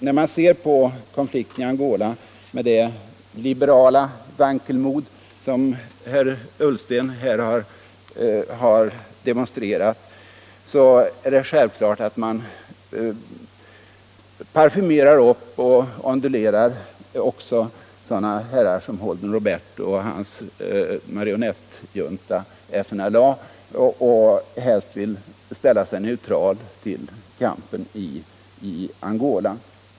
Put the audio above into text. När man ser på konflikten i Angola med det liberala vankelmod som herr Ullsten här har demonstrerat är det självklart att man parfymerar upp och ondulerar också sådana herrar som Holden Roberto och hans marionettjunta, FNLA, och helst vill ställa sig neutral till kampen i Angola.